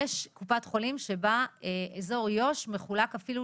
יש קופת חולים שבה אזור יהודה ושומרון מחולק אפילו